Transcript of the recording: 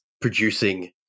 producing